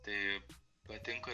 tai patinka